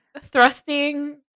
thrusting